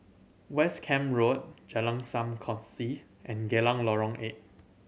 West Camp Road Jalan Sam Kongsi and Geylang Lorong Eight